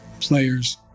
players